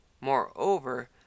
Moreover